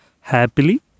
happily